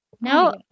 no